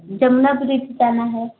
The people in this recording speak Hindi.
जमुना ब्रिज जाना है